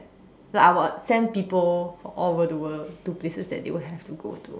like I would send people for all over the world to places that they will have to go to